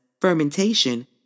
fermentation